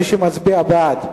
מי שמצביע בעד,